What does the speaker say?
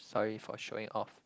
sorry for showing off